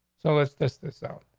so it's this this out?